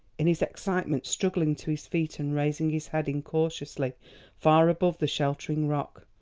in his excitement struggling to his feet and raising his head incautiously far above the sheltering rock.